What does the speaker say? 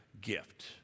gift